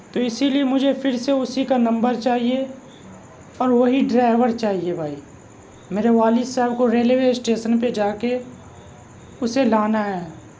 تو اسی لیے مجھے پھر سے اسی کا نمبر چاہیے اور وہی ڈرائیور چاہیے بھائی میرے والد صاحب کو ریلوے اسٹیشن پہ جا کے اسے لانا ہے